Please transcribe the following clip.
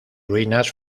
ruinas